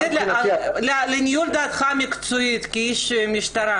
לעניות דעתך המקצועית, כאיש משטרה